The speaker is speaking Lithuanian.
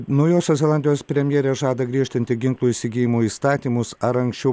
naujosios zelandijos premjerė žada griežtinti ginklų įsigijimo įstatymus ar anksčiau